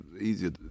easier